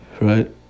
right